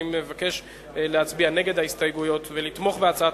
אני מבקש להצביע נגד ההסתייגויות ולתמוך בהצעת